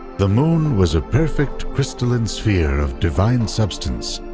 the moon was a perfect, crystalline sphere of divine substance,